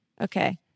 Okay